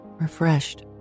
refreshed